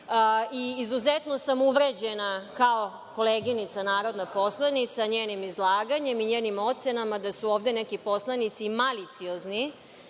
Izuzetno sam uvređena kao koleginica narodna poslanica njenim izlaganjem da su ovde neki poslanici maliciozni